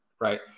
right